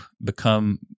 become